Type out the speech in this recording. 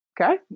Okay